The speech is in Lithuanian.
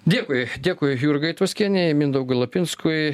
dėkui dėkui jurgai tvaskienei mindaugui lapinskui